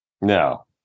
No